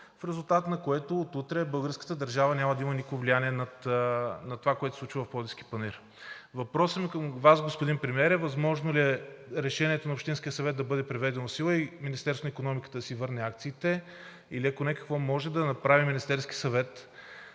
в резултат на което от утре българската държава няма да има никакво влияние над това, което се случва в Пловдивския панаир. Въпросът ми към Вас, господин Премиер, е: възможно ли е решението на Общинския съвет да бъде преведено в сила и Министерството на икономиката да си върне акциите, или ако не, какво може да направи Министерският съвет,